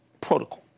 Protocol